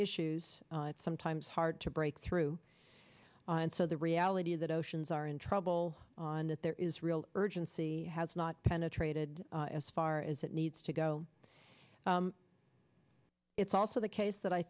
issues it's sometimes hard to break through and so the reality that oceans are in trouble on that there is real urgency has not penetrated as far as it needs to go it's also the case that i